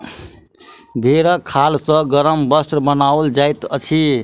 भेंड़क खाल सॅ गरम वस्त्र बनाओल जाइत अछि